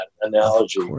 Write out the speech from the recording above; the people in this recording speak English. analogy